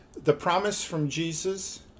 thepromisefromjesus